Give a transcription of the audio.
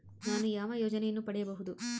ನಾನು ಯಾವ ಯೋಜನೆಯನ್ನು ಪಡೆಯಬಹುದು?